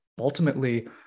ultimately